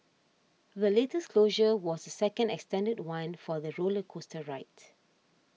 the latest closure was second extended one for the roller coaster ride